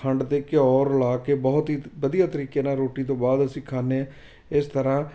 ਖੰਡ ਅਤੇ ਘਿਓ ਰਲ਼ਾ ਕੇ ਬਹੁਤ ਹੀ ਵਧੀਆ ਤਰੀਕੇ ਨਾਲ ਰੋਟੀ ਤੋਂ ਬਾਅਦ ਅਸੀਂ ਖਾਂਦੇ ਇਸ ਤਰ੍ਹਾਂ